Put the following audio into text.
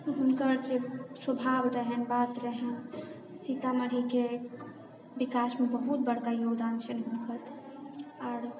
हुनकर जे स्वभाव रहनि बात रहनि सीतामढ़ीके विकासमे बहुत बड़का योगदान छन्हि हुनकर आर